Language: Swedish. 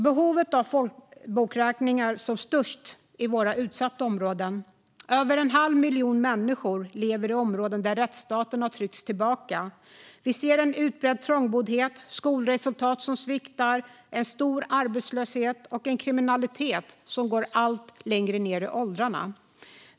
Behovet för folkräkning är som störst i våra utsatta områden. Över en halv miljon människor lever i områden där rättsstaten har tryckts tillbaka. Vi ser en utbredd trångboddhet, skolresultat som sviktar, stor arbetslöshet och en kriminalitet som går allt längre ned i åldrarna.